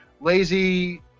lazy